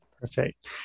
Perfect